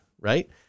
right